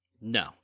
No